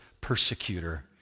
persecutor